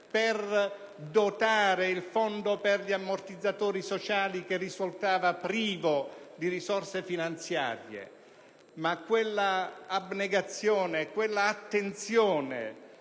per dotare il Fondo per gli ammortizzatori sociali, che risultava privo di risorse finanziarie. Ma quella abnegazione, quell'attenzione,